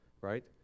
right